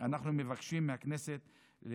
אנחנו מבקשים מהכנסת,